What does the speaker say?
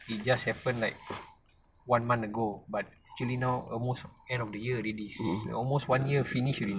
it just happen like one month ago but actually now almost end of the year already almost one year finish already